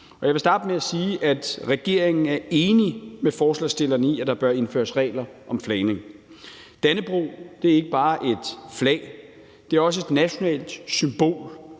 Jeg vil starte med at sige, at regeringen er enig med forslagsstillerne i, at der bør indføres regler om flagning. Dannebrog er ikke bare et flag. Det er også et nationalt symbol,